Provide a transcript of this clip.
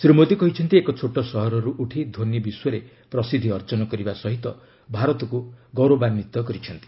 ଶ୍ରୀ ମୋଦୀ କହିଛନ୍ତି ଏକ ଛୋଟ ସହରରୁ ଉଠି ଧୋନି ବିଶ୍ୱରେ ପ୍ରସିଦ୍ଧି ଅର୍ଜନ କରିବା ସହ ଭାରତକୁ ଗୌରବାନ୍ଧିତ କରିଛନ୍ତି